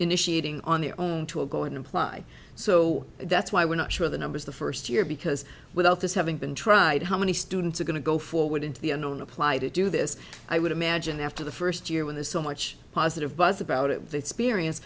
initiating on their own to a go and apply so that's why we're not sure the numbers the first year because without this having been tried how many students are going to go forward into the unknown apply to do this i would imagine after the first year when there's so much positive buzz about it